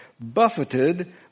buffeted